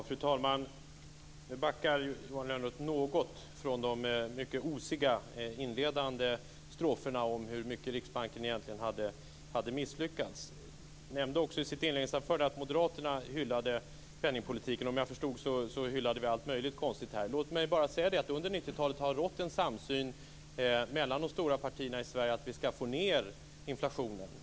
Fru talman! Nu backar Johan Lönnroth något från de mycket osiga inledande stroferna om hur mycket Riksbanken egentligen hade misslyckats. Han nämnde också i sitt inledningsanförande att moderaterna hyllade penningpolitiken - vi hyllade tydligen allt möjligt konstigt. Låt mig bara säga att det under 90-talet har rått en samsyn mellan de stora partierna i Sverige om att vi skall få ned inflationen.